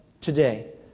today